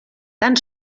tan